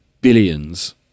billions